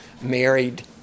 married